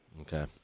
Okay